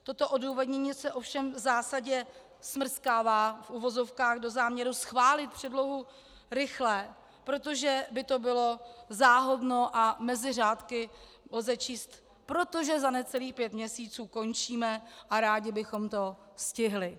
Toto odůvodnění se ovšem v zásadě smrskává, v uvozovkách, do záměru schválit předlohu rychle, protože by to bylo záhodno, a mezi řádky lze číst: Protože za necelých pět měsíců končíme a rádi bychom to stihli.